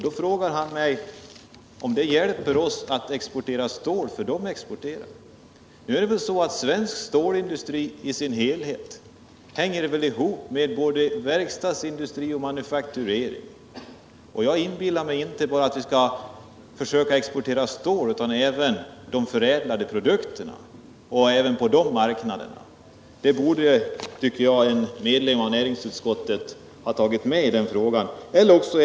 Då frågar han mig om det hjälper oss att exportera stål därför att de exporterar. Svensk stålindustri i sin helhet hänger väl ihop med vår verkstadsindustri och manufakturering, och jag inbillar mig inte att vi skall försöka exportera bara stål utan vi skall även exportera de förädlade produkterna till dessa marknader. Det borde enligt min mening en medlem av näringsutskottet ha tagit med i det här sammanhanget.